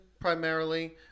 primarily